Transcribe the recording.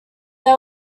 they